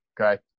Okay